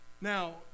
Now